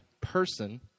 person